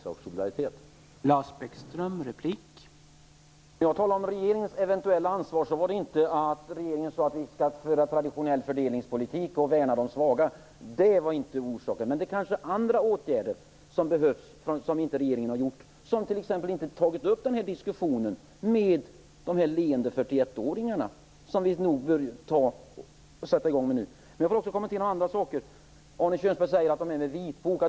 Herr talman! När jag talade om regeringens eventuella ansvar, var det inte att regeringen sade att man skall föra en traditionell fördelningspolitik och värna de svaga som var orsaken. Men det behövs kanske andra åtgärder som regeringen inte har vidtagit. Man har t.ex. inte tagit upp den här diskussionen med dessa leende 41-åringar. Det bör vi nog sätta i gång med nu. Låt mig också kommentera några andra saker. Arne Kjörnsberg säger att jag behöver vitboken.